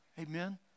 Amen